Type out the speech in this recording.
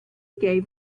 gave